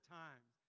times